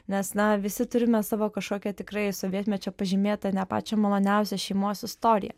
nes na visi turime savo kažkokią tikrai sovietmečio pažymėtą ne pačią maloniausią šeimos istoriją